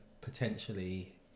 potentially